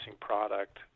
product